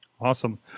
Awesome